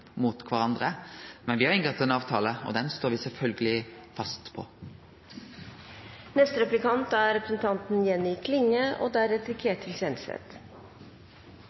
mot kvarandre. Men me har inngått ein avtale, og den står me sjølvsagt fast ved. Takk til representanten